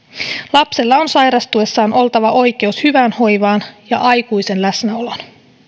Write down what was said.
lapsella on sairastuessaan oltava oikeus hyvään hoivaan ja aikuisen läsnäoloon